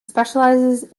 specialises